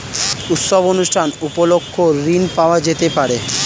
উৎসব অনুষ্ঠান উপলক্ষে ঋণ পাওয়া যেতে পারে?